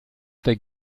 der